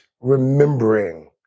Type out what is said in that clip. remembering